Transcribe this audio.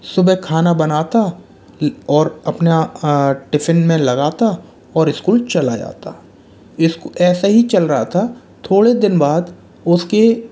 सुबह खाना बनाता और अपने टिफिन में लगाता और स्कूल चला जाता इस ऐसे ही चल रहा था थोड़े दिन बाद उसके